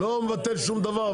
לא מבטל שום דבר,